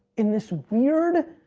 in this weird,